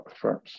firms